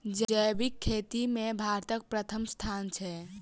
जैबिक खेती मे भारतक परथम स्थान छै